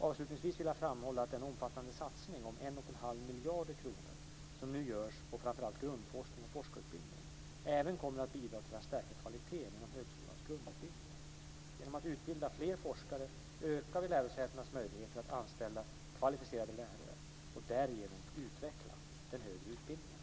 Avslutningsvis vill jag framhålla att den omfattande satsning om 1,5 miljarder kronor som nu görs på framför allt grundforskning och forskarutbildning även kommer att bidra till att stärka kvaliteten inom högskolans grundutbildningar. Genom att utbilda fler forskare ökar vi lärosätenas möjligheter att anställa kvalificerade lärare och därigenom utveckla den högre utbildningen.